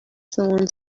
someone